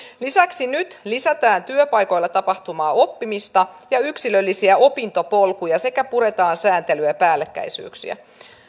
lisäksi nyt lisätään työpaikoilla tapahtuvaa oppimista ja yksilöllisiä opintopolkuja sekä puretaan sääntelyä ja päällekkäisyyksiä